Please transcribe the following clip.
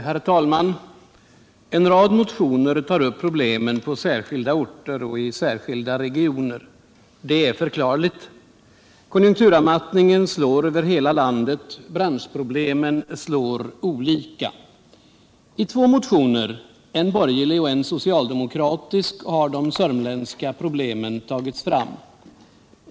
Herr talman! En rad motioner tar upp problemen på särskilda orter och i särskilda regioner. Det är förklarligt. Konjunkturavmattningen slår över hela landet medan branschproblemen siår olika. I två motioner, en borgerlig och en socialdemokratisk, har de sörmländska problemen tagits fram.